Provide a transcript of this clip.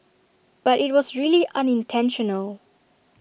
but IT was really unintentional